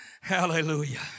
Hallelujah